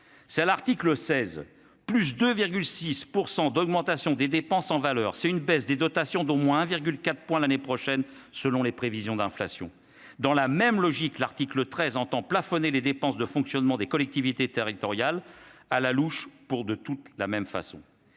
c'est l'article 16 plus de 6 % d'augmentation des dépenses en valeur, c'est une baisse des dotations d'au moins 4 points l'année prochaine, selon les prévisions d'inflation dans la même logique, l'article 13 entend plafonner les dépenses de fonctionnement des collectivités territoriales à la louche pour de toute la même façon,